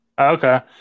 okay